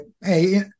Hey